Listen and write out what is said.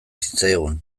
zitzaigun